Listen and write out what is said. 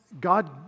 God